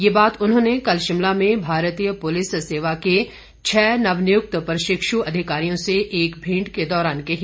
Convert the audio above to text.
यह बात उन्होंने कल शिमला में भारतीय पुलिस सेवा के छह नव नियुक्त प्रशिक्षु अधिकारियों से एक भेंट के दौरान कही